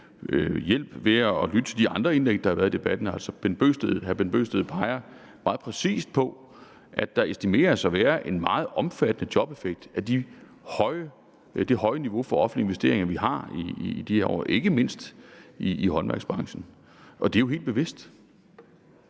ved at lytte til de andre indlæg, der har været i debatten. Hr. Bent Bøgsted peger meget præcist på, at der estimeres at være en meget omfattende jobeffekt af det høje niveau for offentlige investeringer, vi har i de her år, ikke mindst i håndværksbranchen. Det er jo helt bevidst.